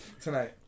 Tonight